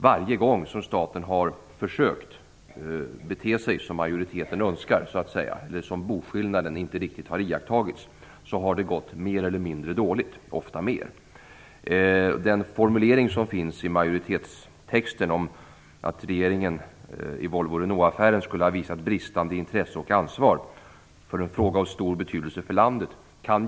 Varje gång staten har försökt bete sig som majoriteten önskat och när boskillnaden inte riktigt har iakttagits, har det gått mer eller mindre dåligt, ofta mer. Det finns en formulering i majoritetens text om att regeringen skulle ha visat bristande intresse och ansvar i en fråga av så stor betydelse för landet som Volvo-Renault-affären.